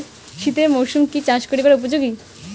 শীতের মরসুম কি চাষ করিবার উপযোগী?